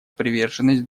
приверженность